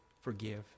forgive